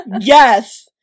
yes